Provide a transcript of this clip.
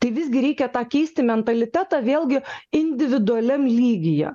tai visgi reikia tą keisti mentalitetą vėlgi individualiam lygyje